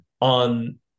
on